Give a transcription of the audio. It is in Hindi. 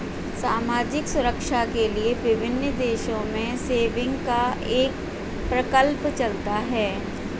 सामाजिक सुरक्षा के लिए विभिन्न देशों में सेविंग्स का यह प्रकल्प चलता है